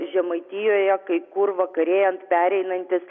žemaitijoje kai kur vakarėjant pereinantis